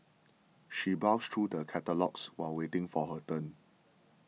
she browsed through the catalogues while waiting for her turn